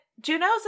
Juno's